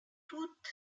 tout